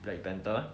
black panther